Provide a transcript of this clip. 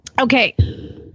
Okay